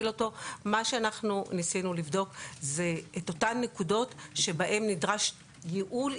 מה שאנחנו ניסינו לבדוק זה את אותן נקודות שבהן נדרשים ייעול,